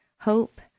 hope